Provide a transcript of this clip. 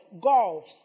gulfs